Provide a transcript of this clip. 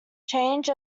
changed